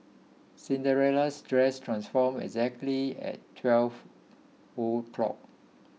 Cinderella's dress transformed exactly at twelve o'clock